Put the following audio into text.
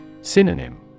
Synonym